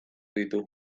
ditu